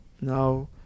now